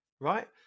right